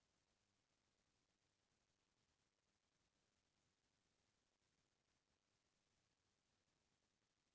ढेंकी नदावत हावय ढेंकी ह हमर छत्तीसगढ़ के पुरखा मन के चिन्हा आय